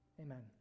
Amen